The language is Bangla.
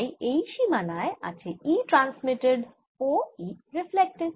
তাই এই সীমানায় আছে E ট্রান্সমিটেড ও E রিফ্লেক্টেড